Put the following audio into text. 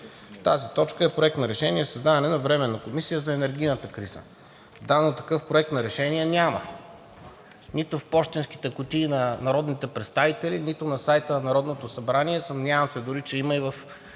Тази точка е: Проект на решение за създаване на Временна комисия за въпросите с енергийната криза. Да, но такъв Проект на решение няма – нито в пощенските кутии на народните представители, нито на сайта на Народното събрание, съмнявам се дори, че има и в